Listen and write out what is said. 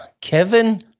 Kevin